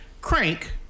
Crank